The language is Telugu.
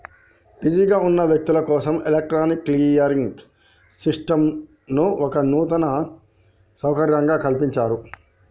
బిజీగా ఉన్న వ్యక్తులు కోసం ఎలక్ట్రానిక్ క్లియరింగ్ సిస్టంను ఒక వినూత్న సౌకర్యంగా కల్పించారు